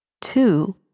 Two